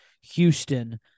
Houston